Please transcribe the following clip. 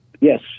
Yes